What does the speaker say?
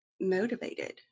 motivated